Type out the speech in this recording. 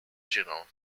journal